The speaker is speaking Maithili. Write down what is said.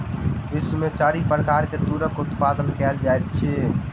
विश्व में चारि प्रकार के तूरक उत्पादन कयल जाइत अछि